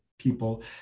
people